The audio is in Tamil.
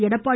எடப்பாடி